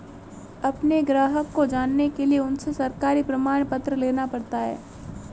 अपने ग्राहक को जानने के लिए उनसे सरकारी प्रमाण पत्र लेना पड़ता है